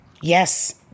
Yes